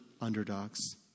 underdogs